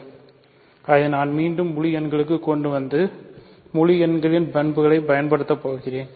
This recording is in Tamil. நான் அதை மீண்டும் முழு எண்களுக்குக் கொண்டு வந்து முழு எண்களின் பண்புகளைப் பயன்படுத்தப் போகிறேன்